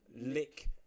lick